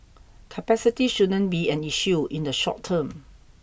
capacity shouldn't be an issue in the short term